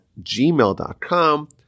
gmail.com